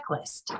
checklist